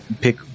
pick